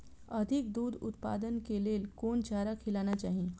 अधिक दूध उत्पादन के लेल कोन चारा खिलाना चाही?